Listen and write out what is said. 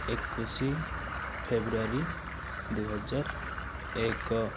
ଏକୋଇଶ ଫେବୃଆରୀ ଦୁଇ ହଜାର ଏକ